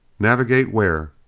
navigate where?